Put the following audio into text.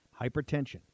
Hypertension